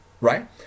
Right